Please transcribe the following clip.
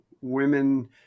women